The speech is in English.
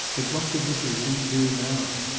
but what could mrs. lee do now?